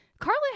carla